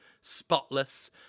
spotless